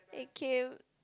I came